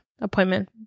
appointment